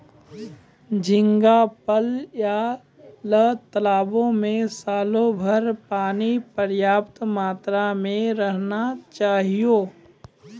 झींगा पालय ल तालाबो में सालोभर पानी पर्याप्त मात्रा में रहना चाहियो